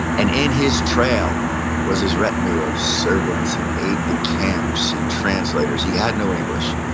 and in his trail was his retinue of servants and aides-de-camp so and translators. he had no english.